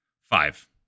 Five